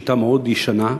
בשיטה מאוד ישנה,